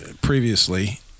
previously